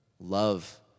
love